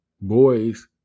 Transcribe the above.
boys